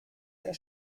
der